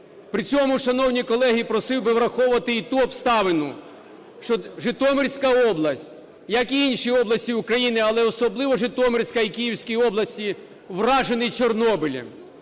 При цьому, шановні колеги, просив би враховувати і ту обставину, що Житомирська область, як і інші області України, але особливо Житомирська і Київська області, вражені Чорнобилем.